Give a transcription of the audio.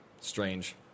strange